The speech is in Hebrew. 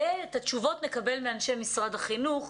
ואת התשובות נקבל מאנשי משרד החינוך,